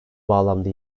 bağlamda